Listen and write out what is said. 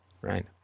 Right